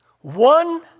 one